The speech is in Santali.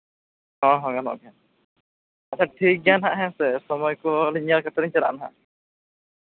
ᱦᱚᱸ ᱦᱚᱸ ᱜᱟᱱᱚᱜ ᱜᱮᱭᱟ ᱟᱪᱪᱷᱟ ᱴᱷᱤᱠ ᱜᱮᱭᱟ ᱦᱟᱸᱜ ᱦᱮᱸᱥᱮ ᱥᱚᱢᱚᱭ ᱠᱚ ᱟᱹᱞᱤᱧ ᱧᱮᱞ ᱠᱟᱛᱮᱫ ᱞᱤᱧ ᱪᱟᱞᱟᱜᱼᱟ ᱦᱟᱸᱜ